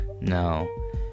No